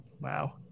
Wow